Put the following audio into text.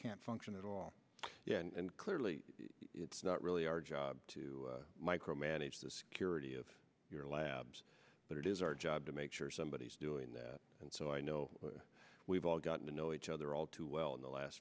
can't function at all and clearly it's not really our job to micromanage the security of your labs but it is our job to make sure somebody is doing that and so i know we've all gotten to know each other all too well in the last